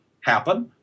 happen